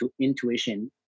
intuition